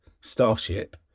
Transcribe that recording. Starship